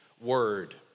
word